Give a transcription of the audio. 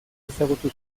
ezagutu